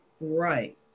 Right